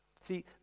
See